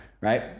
right